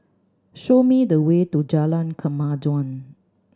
show me the way to Jalan Kemajuan